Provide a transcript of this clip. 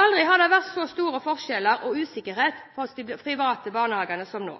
Aldri har det vært så store forskjeller på og usikkerhet hos de private barnehagene som nå.